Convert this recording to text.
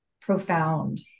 profound